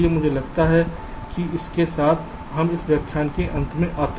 इसलिए मुझे लगता है कि इसके साथ हम इस व्याख्यान के अंत में आते हैं